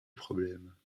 problème